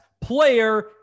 player